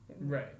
Right